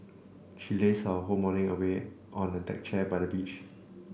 she lazed her whole morning away on a deck chair by the beach